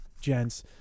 gents